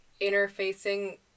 interfacing